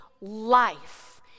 life